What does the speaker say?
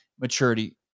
maturity